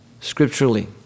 scripturally